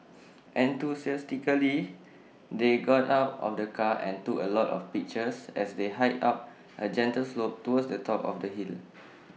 enthusiastically they got out of the car and took A lot of pictures as they hiked up A gentle slope towards the top of the hill